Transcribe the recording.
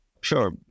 Sure